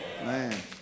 Man